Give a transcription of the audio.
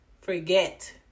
forget